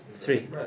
Three